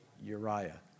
Uriah